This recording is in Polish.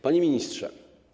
Panie Ministrze!